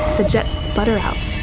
the jets sputter out.